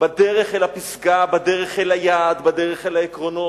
בדרך אל הפסגה, בדרך אל היעד, בדרך אל העקרונות,